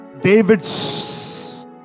David's